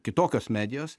kitokios medijos